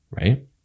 right